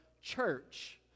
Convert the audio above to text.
church